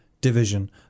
division